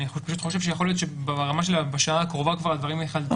פשוט אני חושב שיכול להיות שברמה של השעה הקרובה הדברים כבר ייחלטו.